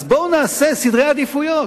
אז בואו ונעשה סדר עדיפויות.